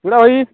ଶୁଣ ଭାଇ